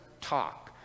talk